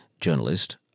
journalist